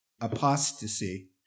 apostasy